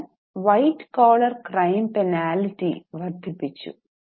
അതിനാൽ white collar crime penalty വർദ്ധിപ്പിച്ചു